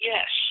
Yes